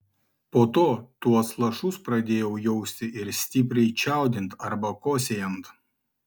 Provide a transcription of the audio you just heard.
po to tuos lašus pradėjau jausti ir stipriai čiaudint arba kosėjant